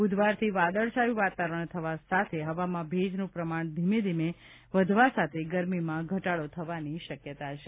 બુધવારથી વાદળછાયું વાતાવરણ થવા સાથે હવામાં ભેજનું પ્રમાણ ધીમે ધીમે વધવા સાથે ગરમીમાં ઘટાડો થવાની શક્યતા છે